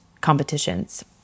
competitions